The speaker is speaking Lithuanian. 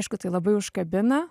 aišku tai labai užkabina